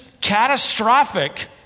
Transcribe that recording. catastrophic